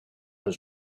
was